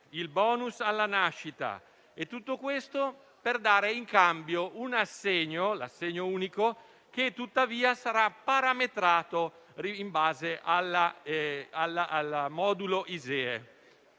il *bonus* alla nascita. Tutto questo per dare in cambio un assegno unico, che tuttavia sarà parametrato in base al modulo ISEE.